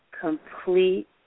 complete